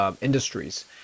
industries